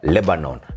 Lebanon